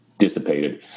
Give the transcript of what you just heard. dissipated